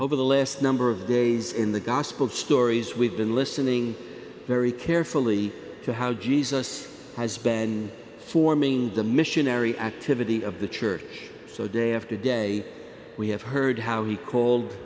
over the last number of the day as in the gospel stories we've been listening very carefully to how jesus has band forming the missionary activity of the church so day after day we have heard how he called